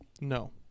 No